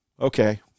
okay